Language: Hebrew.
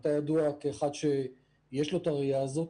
ואתה ידוע כאחד שיש לו את הראייה הזאת,